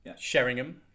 Sheringham